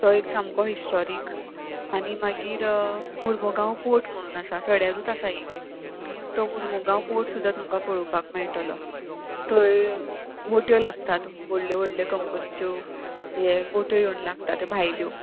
तो एक सामको हिस्टोरीक आनी मागीर मर्मुगांव पोर्ट म्हणून आसा सड्यारूच आसा एक तो मुरमोगांव पोर्ट सुद्दां तुमकां पळोवपाक मेळटलो थंय बोट्यो लागतात व्हडल्यो व्हडल्यो कंपनीच्यो हे बोट्यो येवन लागता त्यो भायल्यो